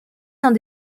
dans